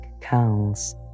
curls